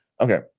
Okay